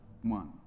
one